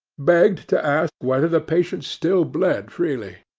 begged to ask whether the patient still bled freely?